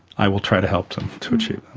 i will try to help them to to